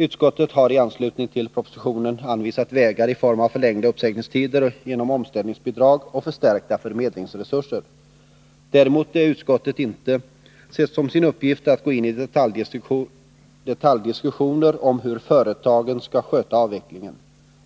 Utskottet har i anslutning till propositionen anvisat vägar i form av förlängda uppsägningstider genom omställningsbidrag och förstärkta förmedlingsresurser. Däremot har utskottet inte sett det som sin uppgift att gå in i detaljdiskussioner om hur företagen skall sköta avvecklingen.